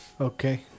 Okay